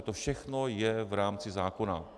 To všechno je v rámci zákona.